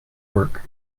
work